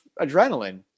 Adrenaline